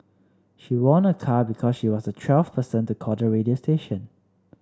she won a car because she was the twelfth person to call the radio station